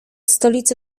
stolicy